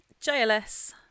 JLS